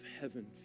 heaven